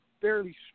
fairly